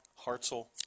Hartzell